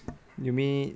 you mean